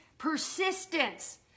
Persistence